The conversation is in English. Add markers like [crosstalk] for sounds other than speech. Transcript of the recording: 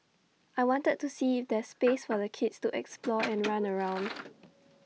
I wanted to see if there's space for the kids to explore and run around [noise]